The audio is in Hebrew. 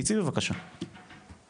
תצאי בבקשה מהדיון.